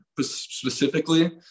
specifically